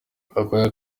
gakwaya